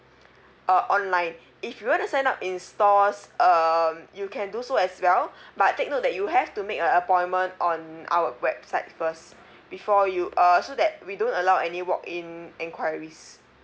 uh online if you want to sign up in stores um you can do so as well but take note that you have to make a appointment on our website first before you uh so that we don't allow any walk in enquiries